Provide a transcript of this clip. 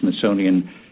Smithsonian